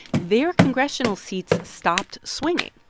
their congressional seats stopped swinging.